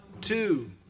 two